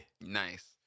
Nice